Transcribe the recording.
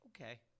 Okay